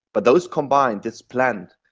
but those combined, this blend,